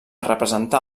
representar